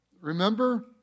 remember